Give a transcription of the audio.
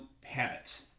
habits